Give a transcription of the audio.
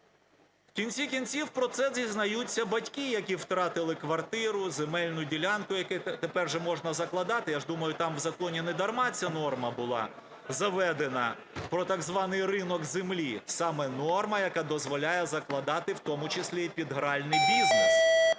В кінці-кінців про це дізнаються батьки, які втратили квартиру, земельну ділянку, які тепер вже можна закладати. Я ж думаю, там в законі недарма ця норма була заведена про так званий ринок землі, саме норма, яка дозволяє закладати в тому числі і під гральний бізнес.